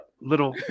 little